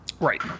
Right